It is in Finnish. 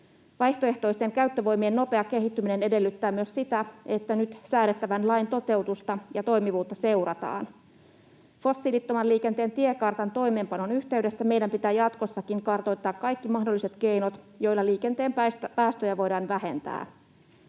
Vaihtoehtoisten käyttövoimien nopea kehittyminen edellyttää myös sitä, että nyt säädettävän lain toteutusta ja toimivuutta seurataan. Fossiilittoman liikenteen tiekartan toimeenpanon yhteydessä meidän pitää jatkossakin kartoittaa kaikki mahdolliset keinot, joilla liikenteen päästöjä voidaan vähentää.